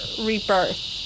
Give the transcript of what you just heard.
rebirth